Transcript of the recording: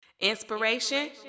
Inspiration